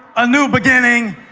a new beginning,